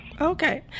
Okay